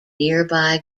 nearby